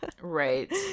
Right